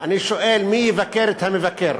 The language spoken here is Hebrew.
אני שואל: מי יבקר את המבקר?